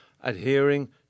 adhering